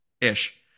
ish